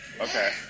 Okay